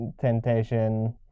temptation